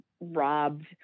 robbed